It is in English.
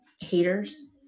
haters